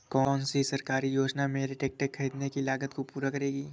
कौन सी सरकारी योजना मेरे ट्रैक्टर ख़रीदने की लागत को पूरा करेगी?